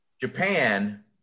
Japan